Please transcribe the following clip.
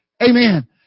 amen